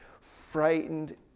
frightened